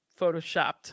photoshopped